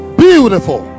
beautiful